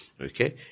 Okay